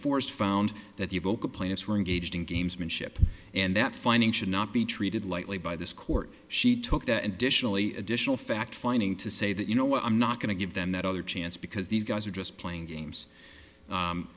forrest found that the vocal plaintiffs were engaged in gamesmanship and that finding should not be treated lightly by this court she took that and additionally additional fact finding to say that you know what i'm not going to give them that other chance because these guys are just playing games